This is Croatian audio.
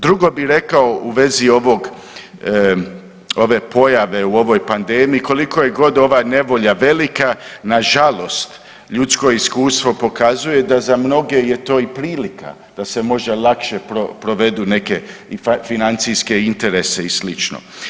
Drugo bi rekao u vezi ovog, ove pojave u ovoj pandemiji koliko je god ova nevolja velika nažalost ljudsko iskustvo pokazuje da za mnoge je to i prilika da se možda lakše provedi neke financijske interese i slično.